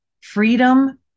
freedom